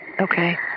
Okay